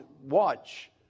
watch